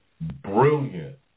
brilliant